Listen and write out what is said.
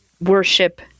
worship